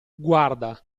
guarda